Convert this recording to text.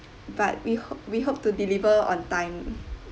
but we hope we hope to deliver on time